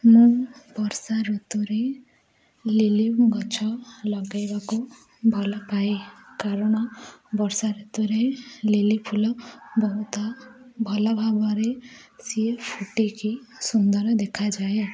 ମୁଁ ବର୍ଷା ଋତୁରେ ଲିଲି ଗଛ ଲଗେଇବାକୁ ଭଲପାଏ କାରଣ ବର୍ଷା ଋତୁରେ ଲିଲି ଫୁଲ ବହୁତ ଭଲ ଭାବରେ ସିଏ ଫୁଟିକି ସୁନ୍ଦର ଦେଖାଯାଏ